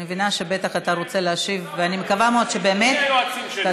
אני מבינה שבטח אתה רוצה להשיב ואני מקווה מאוד שבאמת תסביר,